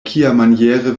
kiamaniere